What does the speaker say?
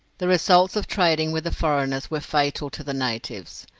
the results of trading with the foreigners were fatal to the natives.